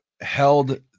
held